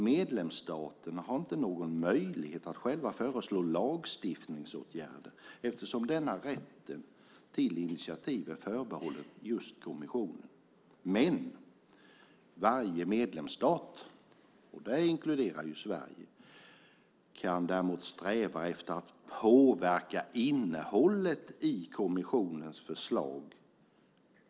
Medlemsstaterna har inte någon möjlighet att själva föreslå lagstiftningsåtgärder, eftersom denna rätt till initiativ är förbehållen just kommissionen. Varje medlemsstat, och det inkluderar ju Sverige, kan däremot sträva efter att påverka innehållet i kommissionens förslag.